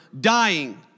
dying